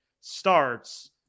starts